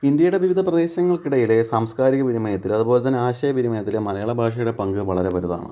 ഇന്ത്യയുടെ വിവിധപ്രദേശങ്ങൾക്കിടയിലെ സാംസ്കാരിക വിനിമയത്തിൽ അതുപോലെത്തന്നെ ആശയവിനിമയത്തിൽ മലയാളഭാഷയുടെ പങ്ക് വളരെ വലുതാണ്